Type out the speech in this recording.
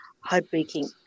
heartbreaking